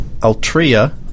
Altria